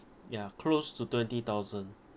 ya close to twenty thousand